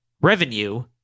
revenue